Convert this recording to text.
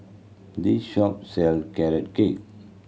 this shop sell Carrot Cake